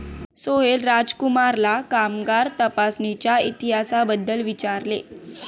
सोहेल राजकुमारला कामगार तपासणीच्या इतिहासाबद्दल विचारले